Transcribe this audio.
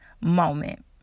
moment